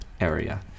area